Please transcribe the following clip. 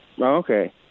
Okay